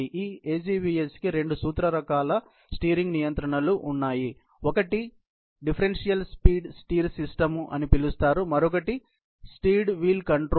ఈ AGVS కి రెండు సూత్ర రకాలు స్టీరింగ్ నియంత్రణలు ఉన్నాయి ఒకటి డిఫరెన్షియల్ స్పీడ్ స్టీర్ సిస్టమ్ అని పిలుస్తారు మరియు మరొకటి స్టీర్డ్ వీల్ కంట్రోల్